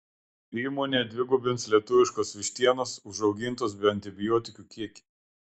įmonė dvigubins lietuviškos vištienos užaugintos be antibiotikų kiekį